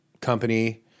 company